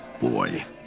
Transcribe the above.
Boy